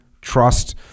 trust